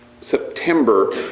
September